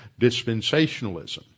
dispensationalism